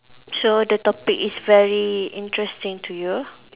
so the topic is very interesting to you